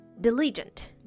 diligent